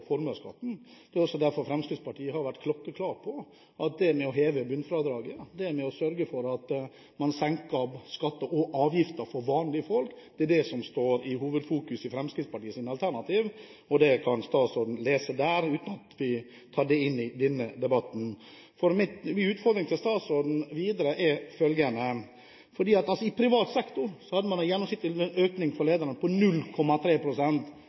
formuesskatten. Det er også derfor Fremskrittspartiet har vært klokkeklar på at å heve bunnfradraget og sørge for at man senker skatter og avgifter for vanlige folk, står i hovedfokus i Fremskrittspartiets alternative budsjett. Det kan statsråden lese der uten at vi tar det inn i denne debatten. Min utfordring videre til statsråden er følgende: I privat sektor hadde man en gjennomsnittlig økning for ledere på